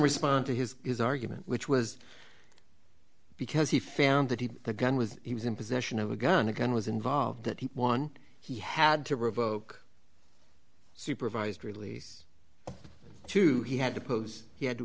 respond to his his argument which was because he found that if the gun was he was in possession of a gun a gun was involved that he won he had to revoke supervised release two he had to pose he had to